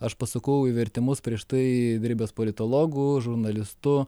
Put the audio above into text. aš pasukau į vertimus prieš tai dirbęs politologu žurnalistu